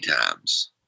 times